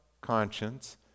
conscience